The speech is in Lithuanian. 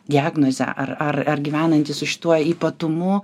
diagnoze ar ar ar gyvenantys iš tuo ypatumu